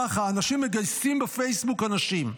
ככה אנשים מגייסים בפייסבוק אנשים.